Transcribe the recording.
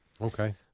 Okay